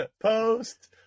Post